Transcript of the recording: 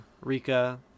Rika